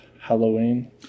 halloween